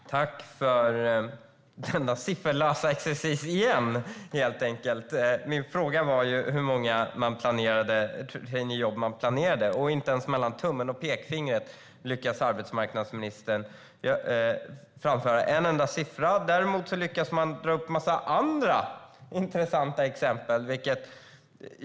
Fru talman! Tack för denna sifferlösa exercis igen! Min fråga var ju hur många traineejobb som regeringen planerade. Men inte ens mellan tummen och pekfingret lyckas arbetsmarknadsministern framföra en enda siffra. Däremot lyckas hon dra upp en massa andra intressanta exempel.